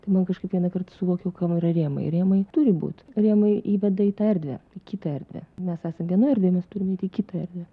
tai man kažkaip vieną kartą suvokiau kam yra rėmai rėmai turi būt rėmai įveda į tą erdvę į kitą erdvę mes esam vienoj erdvėj mes turim įeit į kitą erdvę